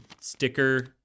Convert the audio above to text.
sticker